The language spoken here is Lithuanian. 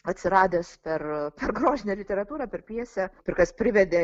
atsiradęs per per grožinę literatūrą per pjesę ir kas privedė